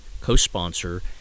co-sponsor